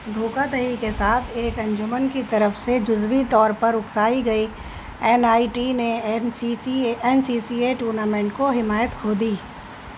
دھوکہ دہی کے ساتھ ایک انجمن کی طرف سے جزوی طور پر اکسائی گئی این آئی ٹی نے N C C N C C A tournament کو حمایت کھو دی